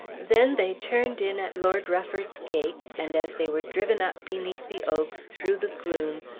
then they turned in at lord rufford's gates and as they were driven up beneath the oaks, through the gloom,